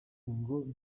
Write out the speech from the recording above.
ngo